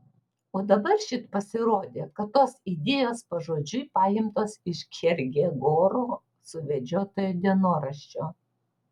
o dabar šit pasirodė kad tos idėjos pažodžiui paimtos iš kjerkegoro suvedžiotojo dienoraščio